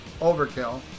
overkill